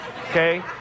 Okay